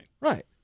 Right